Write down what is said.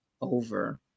over